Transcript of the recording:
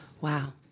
Wow